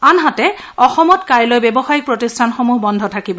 আনহাতে অসমত কাইলৈ ব্যৱসায়িক প্ৰতিষ্ঠানসমূহ বন্ধ থাকিব